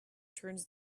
turns